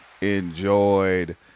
enjoyed